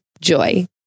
Joy